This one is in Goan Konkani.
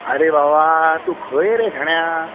आरे बाबा तूं खंय रे शाण्या